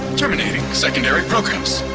terminating secondary programs.